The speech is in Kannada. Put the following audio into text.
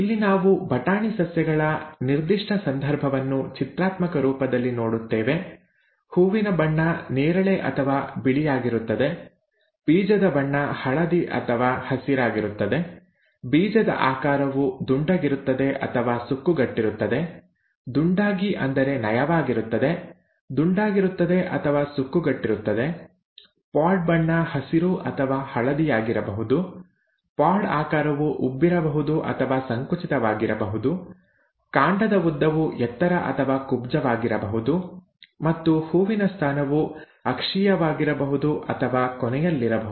ಇಲ್ಲಿ ನಾವು ಬಟಾಣಿ ಸಸ್ಯಗಳ ನಿರ್ದಿಷ್ಟ ಸಂದರ್ಭವನ್ನು ಚಿತ್ರಾತ್ಮಕ ರೂಪದಲ್ಲಿ ನೋಡುತ್ತೇವೆ ಹೂವಿನ ಬಣ್ಣ ನೇರಳೆ ಅಥವಾ ಬಿಳಿಯಾಗಿರುತ್ತದೆ ಬೀಜದ ಬಣ್ಣ ಹಳದಿ ಅಥವಾ ಹಸಿರಾಗಿರುತ್ತದೆ ಬೀಜದ ಆಕಾರವು ದುಂಡಾಗಿರುತ್ತದೆ ಅಥವಾ ಸುಕ್ಕುಗಟ್ಟಿರುತ್ತದೆ ದುಂಡಾಗಿ ಅಂದರೆ ನಯವಾಗಿರುತ್ತದೆ ದುಂಡಾಗಿರುತ್ತದೆ ಅಥವಾ ಸುಕ್ಕುಗಟ್ಟಿರುತ್ತದೆ ಪಾಡ್ ಬಣ್ಣ ಹಸಿರು ಅಥವಾ ಹಳದಿಯಾಗಿರಬಹುದು ಪಾಡ್ ಆಕಾರವು ಉಬ್ಬಿರಬಹುದು ಅಥವಾ ಸಂಕುಚಿತವಾಗಿರಬಹುದು ಕಾಂಡದ ಉದ್ದವು ಎತ್ತರ ಅಥವಾ ಕುಬ್ಜವಾಗಿರಬಹುದು ಮತ್ತು ಹೂವಿನ ಸ್ಥಾನವು ಅಕ್ಷೀಯವಾಗಿರಬಹುದು ಅಥವಾ ಕೊನೆಯಲ್ಲಿರಬಹುದು